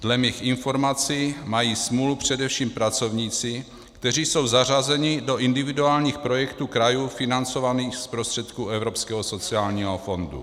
Dle mých informací mají smůlu především pracovníci, kteří jsou zařazeni do individuálních projektů krajů financovaných z prostředků Evropského sociálního fondu.